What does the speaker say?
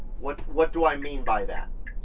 what what do i mean by that?